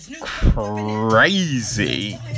crazy